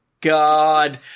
god